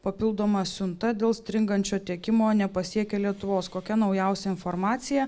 papildoma siunta dėl stringančio tiekimo nepasiekė lietuvos kokia naujausia informacija